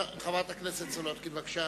בבקשה.